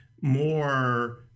more